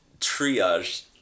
triage